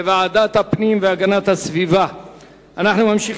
לדיון מוקדם בוועדת הפנים והגנת הסביבה נתקבלה.